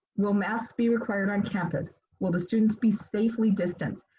will masks be required on campus? will the students be safely distanced?